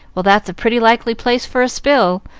well, that's a pretty likely place for a spill.